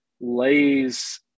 lays